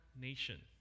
nation